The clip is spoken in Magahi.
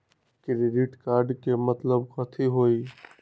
क्रेडिट कार्ड के मतलब कथी होई?